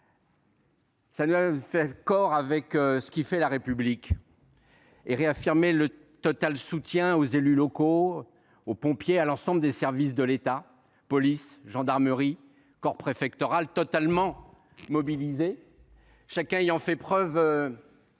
permet de faire corps avec ce qui fait la République et de réaffirmer le soutien entier aux élus locaux, aux pompiers, à l’ensemble des services de l’État – police, gendarmerie, corps préfectoral –, totalement mobilisés, chacun ayant fait preuve